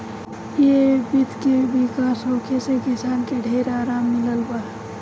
ए विधि के विकास होखे से किसान के ढेर आराम मिलल बा